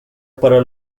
para